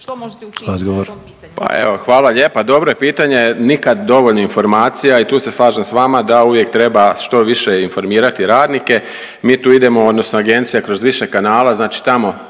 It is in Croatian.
Odgovor. **Jelić, Dragan** Pa evo hvala lijepa, dobro je pitanje, nikad dovoljno informacija i tu se slažem s vama da uvijek treba što više informirati radnike. Mi tu idemo odnosno Agencija kroz više kanala, znači tamo